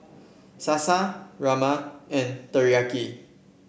Salsa Rajma and Teriyaki